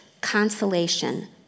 consolation